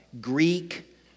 Greek